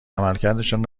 عملکردشان